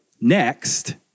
Next